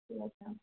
ঠিক আছে